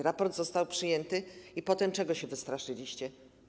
Raport został przyjęty i potem czego się wystraszyliście?